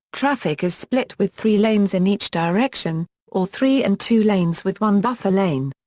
traffic is split with three lanes in each direction, or three and two lanes with one buffer lane.